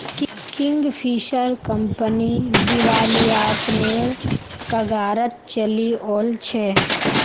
Kingfisher company दिवालियापनेर कगारत चली ओल छै